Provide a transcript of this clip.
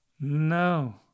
No